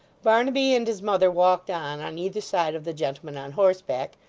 barnaby and his mother walked on, on either side of the gentleman on horseback,